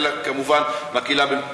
אלא כמובן מהקהילה הבין-לאומית.